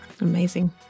Amazing